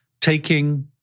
taking